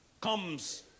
comes